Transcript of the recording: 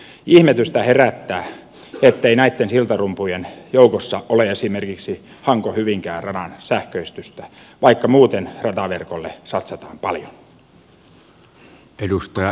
ihmetystä herättää ettei näitten siltarumpujen joukossa ole esimerkiksi hankohyvinkää radan sähköistystä vaikka muuten rataverkkoon satsataan paljon